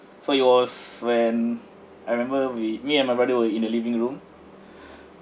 so it was when I remember we me and my brother were in the living room